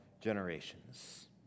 generations